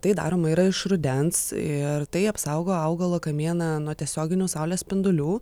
tai daroma yra iš rudens ir tai apsaugo augalo kamieną nuo tiesioginių saulės spindulių